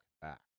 back